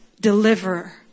deliverer